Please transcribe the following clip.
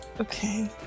Okay